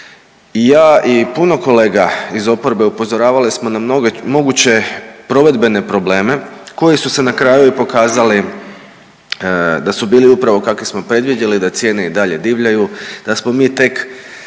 Ja i puno kolega iz oporbe, upozoravali smo na moguće provedbene probleme koji su se na kraju i pokazali da su bili upravo kakve smo predvidjeli, da cijene i dalje divljaju, da smo mi tek